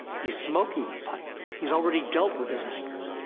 he's smoking the pipe, he's already dealt with his anger.